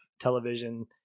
television